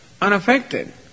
unaffected